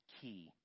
key